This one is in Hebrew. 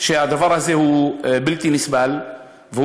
שהדבר הזה הוא בלתי נסבל,